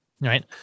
Right